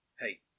hey